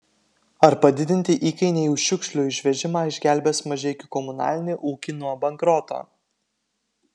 ar padidinti įkainiai už šiukšlių išvežimą išgelbės mažeikių komunalinį ūkį nuo bankroto